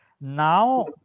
Now